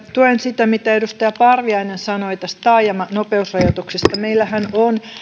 tuen sitä mitä edustaja parviainen sanoi tästä taajamanopeusrajoituksesta meillähän on